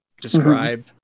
describe